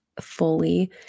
fully